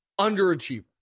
underachiever